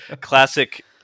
classic